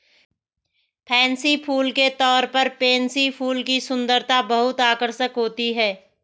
fancy फूल के तौर पर पेनसी फूल की सुंदरता बहुत आकर्षक होती है